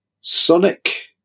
Sonic